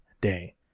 day